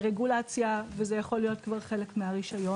רגולציה וזה יכול להיות כבר חלק מהרישיון.